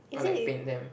or like paint them